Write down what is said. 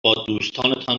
بادوستانتان